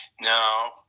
now